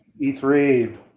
E3